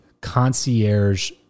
concierge